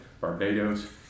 Barbados